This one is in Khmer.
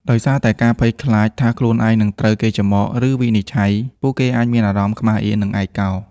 ដោយសារតែការភ័យខ្លាចថាខ្លួននឹងត្រូវគេចំអក ឬវិនិច្ឆ័យ ពួកគេអាចមានអារម្មណ៍ ខ្មាស់អៀន និង ឯកោ។